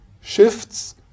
shifts